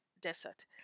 Desert